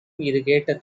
இதுகேட்ட